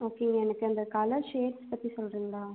ஓகேங்க எனக்கு அந்த கலர் ஷேட் பற்றி சொல்கிறீங்களா